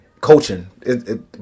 coaching